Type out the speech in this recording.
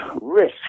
risk